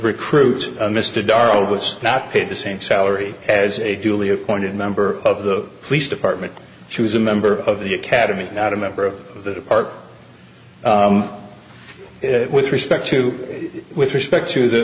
was not paid the same salary as a duly appointed member of the police department she was a member of the academy not a member of the art with respect to with respect to the